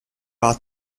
are